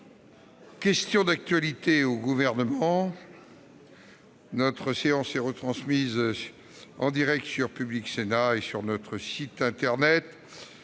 questions d'actualité au Gouvernement. La séance est retransmise en direct sur Public Sénat et sur notre site internet.